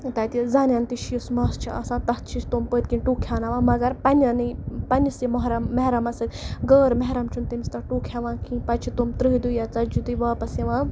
تَتہِ زَنٮ۪ن تہِ چھِ یُس مَس چھِ آسان تَتھ چھِ أسۍ تِم پٔتۍ کِنۍ ٹُک ہیناوان مگر پنٛنٮ۪ن نٕے پنٛنہِ سٕے مُحرم مَحرمَس سۭتۍ غٲر مَحرم چھُنہٕ تٔمِس تَتھ ٹُک ہٮ۪وان کِہیٖنۍ پَتہٕ چھُ تِم تٕرٛہہِ دۄہہِ یا ژتجی دۄہہِ واپَس یِوان